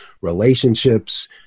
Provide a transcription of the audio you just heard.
relationships